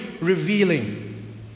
revealing